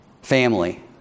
family